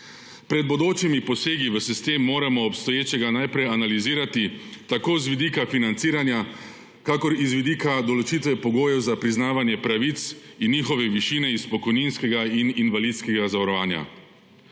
Pred bodočimi posegi v sistem moramo obstoječega najprej analizirati tako z vidika financiranja kakor z vidika določitve pogojev za priznavanje pravic in njihove višine iz pokojninskega in invalidskega zavarovanja.